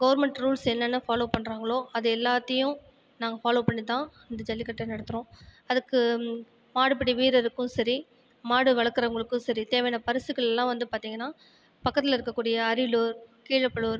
government rules என்னென்ன follow பண்றாங்களோ அது எல்லாத்தையும் நாங்கள் ஃபாலோ பண்ணி தான் இந்த ஜல்லிக்கட்டு நடத்துகிறோம் அதுக்கு மாடுபிடி வீரருக்கும் சரி மாடு வளக்கிறவங்களுக்கும் சரி தேவையான பரிசுகள் எல்லாம் வந்து பார்த்தீங்கன்னா பக்கத்தில் இருக்கக் கூடிய அரியலூர் கீழப்பழுவூர்